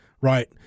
right